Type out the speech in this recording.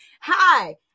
Hi